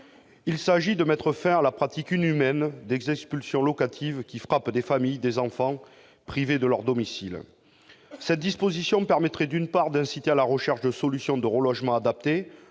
Il s'agit de mettre fin à la pratique inhumaine des expulsions locatives qui frappe des familles, des enfants, privés de leur domicile. Cette disposition permettrait, d'une part, d'inciter à la recherche de solutions de relogement adaptées